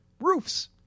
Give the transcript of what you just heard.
roofs